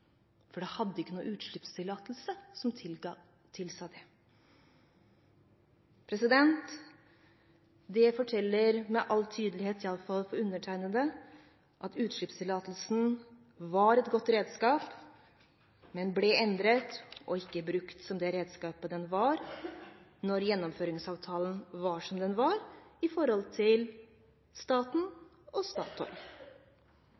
det ikke hadde noen utslippstillatelse som tilsa det. Det forteller med all tydelighet – i alle fall for meg – at utslippstillatelsen var et godt redskap, men den ble endret og ikke brukt som det redskapet den var når Gjennomføringsavtalen var som den var